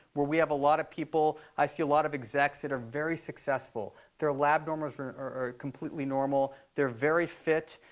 where we have a lot of people, i see a lot of execs that are very successful. they're lab numbers are are completely normal. they're very fit,